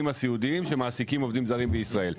הסיעודיים שמעסיקים עובדים זרים בישראל.